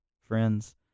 friends